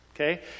Okay